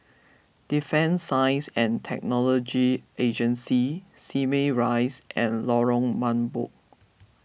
Defence Science and Technology Agency Simei Rise and Lorong Mambong